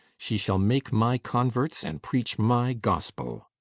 she shall make my converts and preach my gospel.